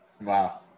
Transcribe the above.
wow